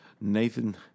Nathan